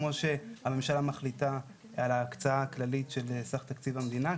כמו שהממשלה מחליטה על ההקצאה הכללית של סך תקציב המדינה,